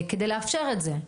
כדי לאפשר את זה.